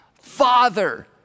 Father